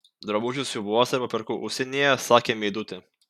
drabužius siuvuosi arba perku užsienyje sakė meidutė